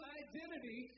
identity